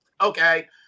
okay